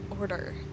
order